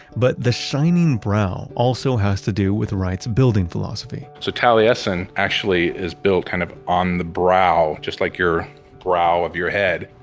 but the shining brow also has to do with wright's building philosophy so taliesin actually is built kind of on the brow, just like your brow of your head.